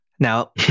Now